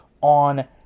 On